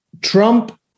Trump